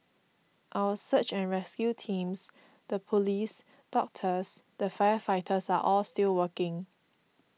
our search and rescue teams the police doctors the firefighters are all still working